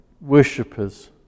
worshippers